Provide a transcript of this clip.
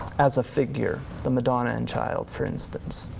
as a figure, the madonna and child for instance.